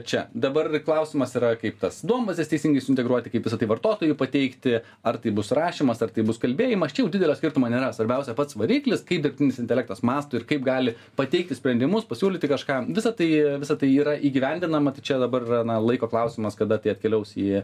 čia dabar klausimas yra kaip tas duombazes teisingai suintegruoti kaip visa tai vartotojui pateikti ar tai bus rašymas ar tai bus kalbėjimas čia jau didelio skirtumo nėra svarbiausia pats variklis kaip dirbtinis intelektas mąsto ir kaip gali pateikti sprendimus pasiūlyti kažką visa tai visa tai yra įgyvendinama tai čia dabar yra na laiko klausimas kada tai atkeliaus į